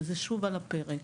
וזה שוב על הפרק.